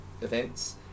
events